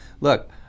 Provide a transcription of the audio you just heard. Look